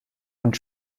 und